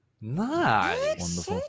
Nice